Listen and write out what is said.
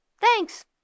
thanks